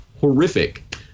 Horrific